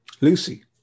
Lucy